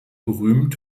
berühmt